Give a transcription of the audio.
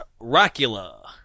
Rockula